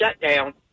shutdown